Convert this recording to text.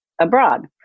abroad